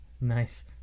nice